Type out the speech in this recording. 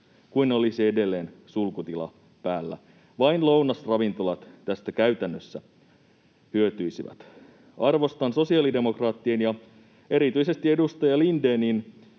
kuin ne olisivat edelleen sulkutila päällä, vain lounasravintolat tästä käytännössä hyötyisivät. Arvostan sosiaalidemokraattien ja erityisesti edustaja Lindénin